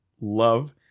love